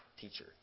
teacher